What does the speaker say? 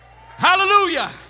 Hallelujah